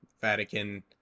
Vatican